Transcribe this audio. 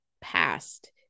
past